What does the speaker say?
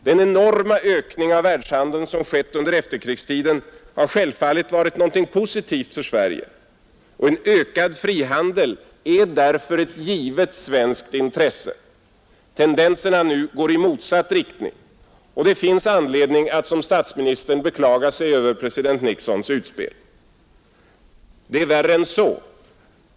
Den enorma ökning av världshandeln som skett under efterkrigstiden har självfallet varit något positivt för Sverige, och en ökad frihandel är därför ett givet svenskt intresse. Tendenserna går nu i motsatt riktning, och det finns anledning att som statsministern beklaga sig över president Nixons utspel. Det är även värre än så.